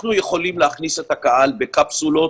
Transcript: אנחנו יכולים להכניס את הקהל בקפסולות,